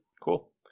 Cool